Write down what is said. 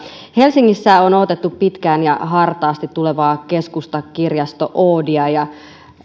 helsingissä on odotettu pitkään ja hartaasti tulevaa keskustakirjasto oodia